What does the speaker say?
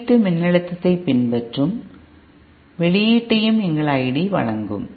உள்ளீட்டு மின்னழுத்தத்தைப் பின்பற்றும் வெளியீட்டையும் எங்கள் ID வழங்கும்